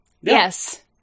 Yes